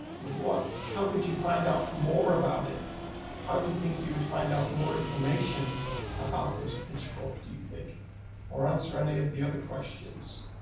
what, how could you find out more about it how do you think you would find out more information about this pitchfork. do you think or answer any of the other questions.